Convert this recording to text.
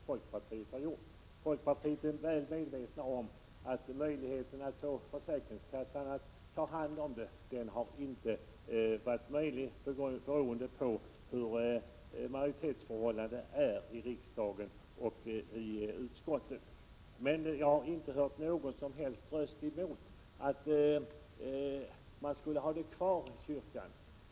Folkpartiet är väl medvetet om att det på grund av majoritetsförhållandena i riksdagen och i utskottet inte är möjligt att få försäkringskassorna att ta hand om folkbokföringen. Men jag har inte hört någon som helst röst från folkpartiet för att ha kvar folkbokföringen i kyrkan.